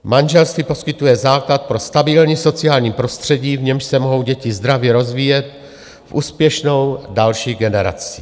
Manželství poskytuje základ pro stabilní sociální prostředí, v němž se mohou děti zdravě rozvíjet v úspěšnou další generaci.